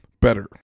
better